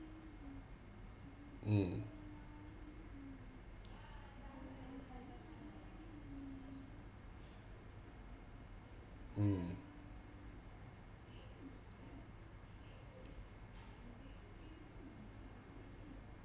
mm mm